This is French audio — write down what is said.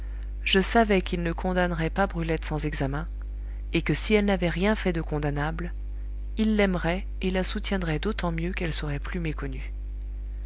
je savais qu'il ne condamnerait pas brulette sans examen et que si elle n'avait rien fait de condamnable il l'aimerait et la soutiendrait d'autant mieux qu'elle serait plus méconnue